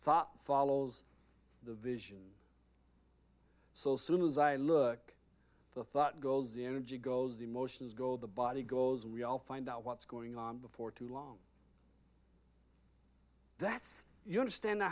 thought follows the vision so soon as i look the thought goes the energy goes the emotions go the body goes and we all find out what's going on before too long that's you understand